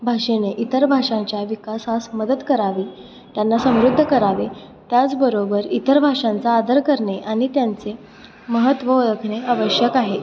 भाषेने इतर भाषांच्या विकासास मदत करावी त्यांना समृद्ध करावे त्याचबरोबर इतर भाषांचा आदर करणे आणि त्यांचे महत्त्व ओळखणे आवश्यक आहे